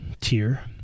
tier